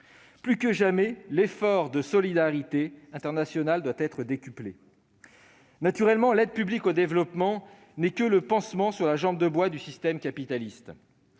Plus que jamais, l'effort de solidarité internationale doit être décuplé. Naturellement, l'APD n'est que le pansement sur la jambe de bois du système capitaliste.